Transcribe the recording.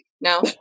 no